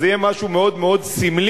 אז זה יהיה משהו מאוד מאוד סמלי,